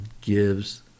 gives